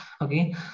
okay